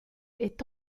est